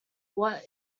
what